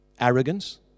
Arrogance